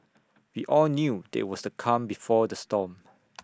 we all knew there was the calm before the storm